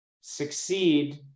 succeed